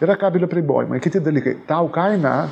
yra kabelių apribojimai kiti dalykai tau kaina